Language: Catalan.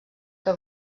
que